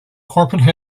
corporate